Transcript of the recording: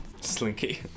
slinky